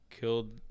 Killed